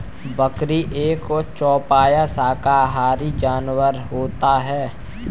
बकरी एक चौपाया शाकाहारी जानवर होता है